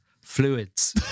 fluids